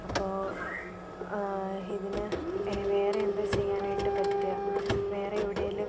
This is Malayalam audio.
അപ്പോൾ ആ ഇതിന് ഏഹ് വേറെ എന്താ ചെയ്യാനായിട്ട് പറ്റുക വേറെ എവിടെയെങ്കിലും